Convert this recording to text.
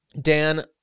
Dan